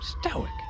Stoic